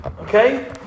Okay